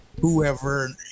whoever